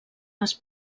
les